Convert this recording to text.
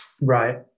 Right